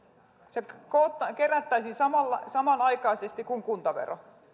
se kerättäisiin samanaikaisesti kuin kuntavero